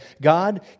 God